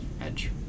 edge